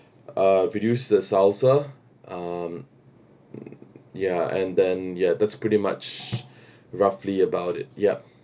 uh reduce the salsa um ya and then ya that's pretty much roughly about it yup